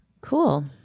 Cool